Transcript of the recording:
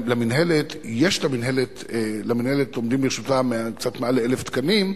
המינהלת, עומדים לרשותה קצת יותר מ-1,000 תקנים,